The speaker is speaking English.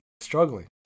struggling